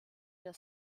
der